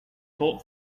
bolt